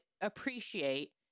appreciate